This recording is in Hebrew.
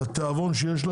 והתיאבון שיש לה,